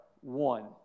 one